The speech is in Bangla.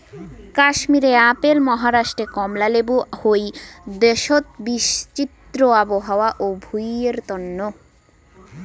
কাশ্মীরে আপেল, মহারাষ্ট্রে কমলা লেবু হই দ্যাশোত বিচিত্র আবহাওয়া ও ভুঁইয়ের তন্ন